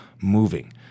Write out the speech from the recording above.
moving